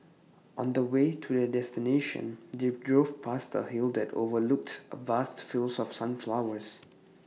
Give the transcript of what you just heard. on the way to their destination they drove past A hill that overlooked vast fields of sunflowers